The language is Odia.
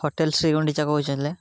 ହୋଟେଲ୍ ଶ୍ରୀଗୁଣ୍ଡିଚା କହୁଥିଲେ